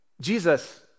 Jesus